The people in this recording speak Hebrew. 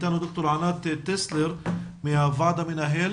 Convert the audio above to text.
איתנו ד"ר ענת טסלר מן הוועד המנהל.